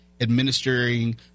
administering